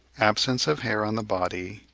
absence of hair on the body,